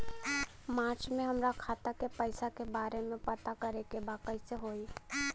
मार्च में हमरा खाता के पैसा के बारे में पता करे के बा कइसे होई?